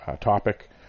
topic